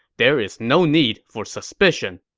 there is no need for suspicion.